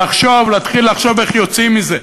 ולהתחיל לחשוב איך יוצאים מזה.